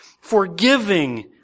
forgiving